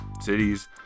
cities